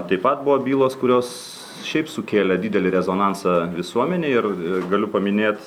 taip pat buvo bylos kurios šiaip sukėlė didelį rezonansą visuomenėj ir ir galiu paminėt